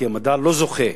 כי המדע לא זוכה,